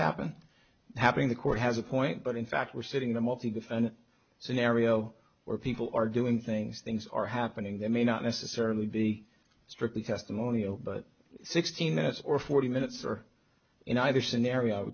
happened happening the court has a point but in fact we're sitting them up in the fun scenario where people are doing things things are happening that may not necessarily be strictly testimonial but sixty minutes or forty minutes or in either scenario